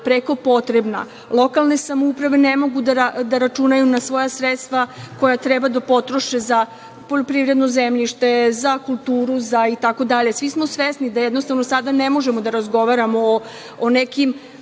preko potrebna. Lokalne samouprave ne mogu da računaju na svoja sredstva koja treba da potroše za poljoprivredno zemljište, za kulturu, itd. Svi smo svesni da, jednostavno, sada ne možemo da razgovaramo o nekim